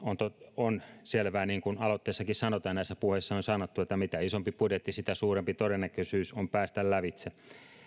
on selvää niin kuin aloitteessakin sanotaan ja näissä puheissa on sanottu että mitä isompi budjetti sitä suurempi todennäköisyys on päästä lävitse